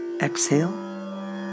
exhale